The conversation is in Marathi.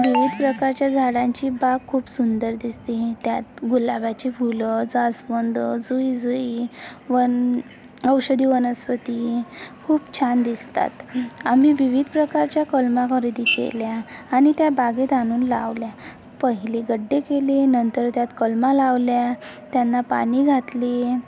विविद प्रकारच्या झाडांची बाग खूप सुंदर दिसते त्यात गुलाबाची फुलं जास्वंद जुई जुई वन औषधी वनस्फती खूप छान दिसतात आम्ही विविद प्रकारच्या कलमा वरेदी केल्या आनि त्या बागेत आनून लावल्या पहिले गड्डे केले नंतर त्यात कलमा लावल्या त्यांना पानी घातले